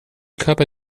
körper